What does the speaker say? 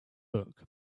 book